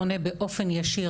עונה באופן ישיר,